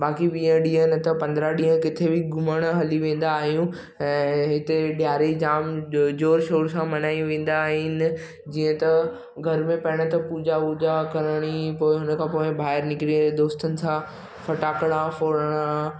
बाक़ी वीह ॾींहुं न त पंदरहां ॾींहुं किथे बि घुमणु हली वेंदा आहियूं ऐं हिते ॾियारी जामु जो ज़ोर शोर सां मल्हाई वेंदा आहिनि जीअं त घर में पहिरीं त पूॼा वूॼा करिणी पोइ उनखां पोइ ॿाहिरि निकिरी दोस्तनि सां फटाकड़ा फोड़णा